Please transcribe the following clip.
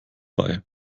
bei